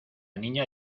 niña